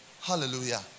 Hallelujah